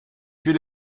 huile